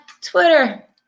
Twitter